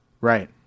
Right